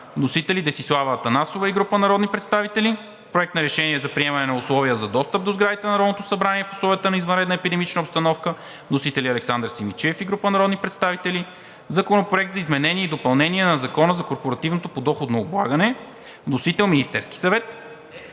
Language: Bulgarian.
Вносители – Десислава Атанасова и група народни представители. Проект на решение за приемане на условия за достъп до сградите на Народното събрание в условията на извънредна епидемична обстановка. Вносители – Александър Симидчиев и група народни представители. Законопроект за изменение и допълнение на Закона за корпоративното подоходно облагане. Вносител – Министерският съвет.